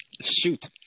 Shoot